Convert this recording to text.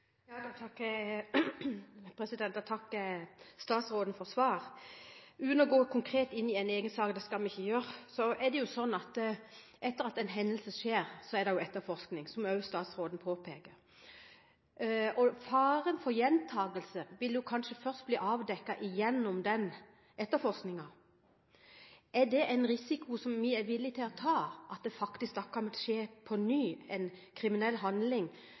Jeg takker statsråden for svaret. Uten å gå konkret inn i en egen sak – det skal vi ikke gjøre – er det jo slik at etter at en hendelse har skjedd, er det etterforskning, som også statsråden påpeker. Faren for gjentakelse vil kanskje først bli avdekket gjennom den etterforskningen. Er det en risiko vi er villige til å ta – at det faktisk på ny kan skje en kriminell handling